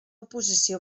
oposició